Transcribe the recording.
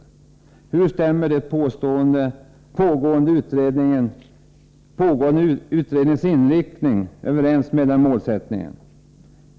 Hur stämmer den pågående utredningens inriktning överens med denna målsättning?